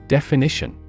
Definition